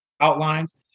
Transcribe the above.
outlines